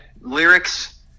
Lyrics